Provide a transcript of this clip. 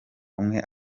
umwe